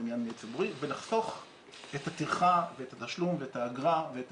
עניין ציבורי ולחסוך את הטרחה ואת התשלום ואת האגרה ואת